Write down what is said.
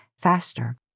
faster